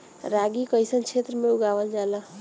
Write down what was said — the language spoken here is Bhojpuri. रागी कइसन क्षेत्र में उगावल जला?